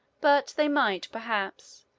but they might, perhaps,